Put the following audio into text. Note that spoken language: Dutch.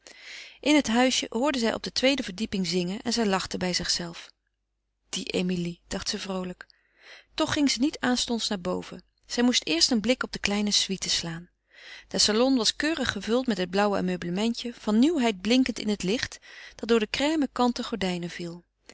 in het huisje hoorde zij op de tweede verdieping zingen en zij lachte bij zichzelve die emilie dacht ze vroolijk toch ging ze niet aanstonds naar boven zij moest eerst een blik op de kleine suite slaan de salon was keurig gevuld met het blauwe ameublementje van nieuwheid blinkend in het licht dat door de crême kanten gordijnen viel